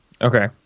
Okay